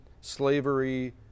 slavery